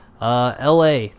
LA